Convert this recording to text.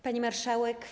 Pani Marszałek!